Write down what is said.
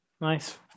Nice